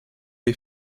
les